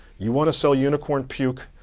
you want to sell unicorn puke,